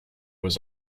was